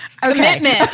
Commitment